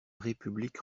république